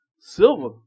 Silver